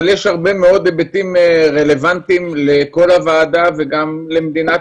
אבל יש היבט רלוונטי לכל הוועדה ולמדינת